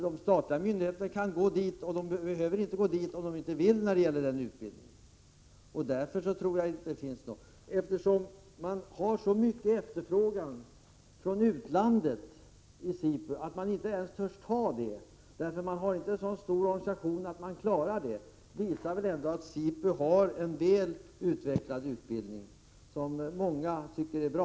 De statliga myndigheterna kan gå dit och få utbildning, men de behöver inte göra det om de inte vill. SIPU har en så stor efterfrågan från utlandet att man inte ens törs ta emot den på grund av att organisationen inte är så stor att man klarar det, och det visar väl att SIPU har utvecklad utbildning, som många tycker är bra.